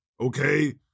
okay